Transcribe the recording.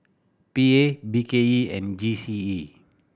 P A B K E and G C E